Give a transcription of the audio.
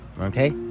Okay